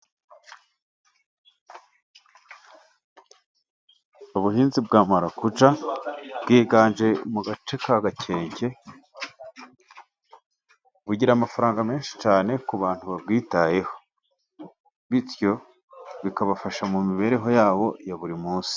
Ubuhinzi bwa marakujya bwiganje mukarere ka Gakenke, bugira amafaranga menshi cyane ku bantu babwitayeho bityo bikabafasha mu mibereho yabo ya buri munsi.